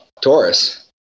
Taurus